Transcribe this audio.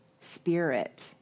spirit